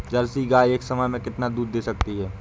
Jersey गाय एक समय में कितना दूध दे सकती है?